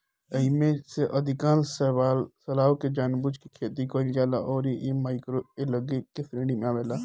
एईमे से अधिकांश शैवाल के जानबूझ के खेती कईल जाला अउरी इ माइक्रोएल्गे के श्रेणी में आवेला